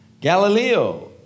Galileo